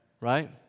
Right